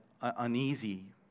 uneasy